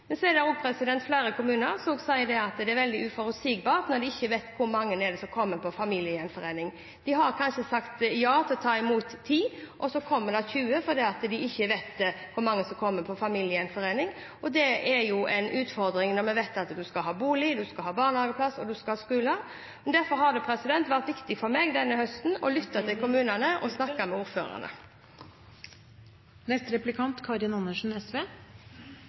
Men så er det også flere kommuner som sier at det er veldig uforutsigbart når de ikke vet hvor mange det er som kommer på familiegjenforening. De har kanskje sagt ja til å ta imot 10, og så kommer det 20 – de vet altså ikke hvor mange som kommer på familiegjenforening. Det er en utfordring når vi vet at en skal ha bolig, en skal ha barnehageplass, og en skal ha skole. Derfor har det vært viktig for meg denne høsten å lytte til kommunene og snakke med ordførerne.